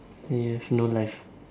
you have no life